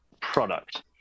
product